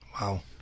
Wow